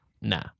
nah